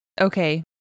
okay